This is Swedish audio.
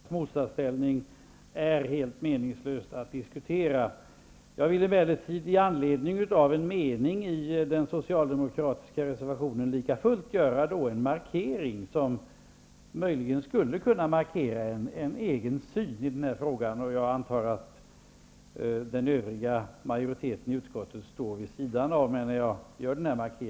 Herr talman! Det här försöket att konstruera en motsatsställning är helt meningslöst att diskutera. Jag vill emellertid med anledning av en mening i den socialdemokratiska reservationen lika fullt göra en markering som möjligen skulle kunna markera en egen syn i denna fråga. Jag antar att den övriga majoriteten i utskottet står vid sidan av.